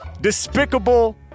despicable